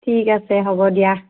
ঠিক আছে হ'ব দিয়া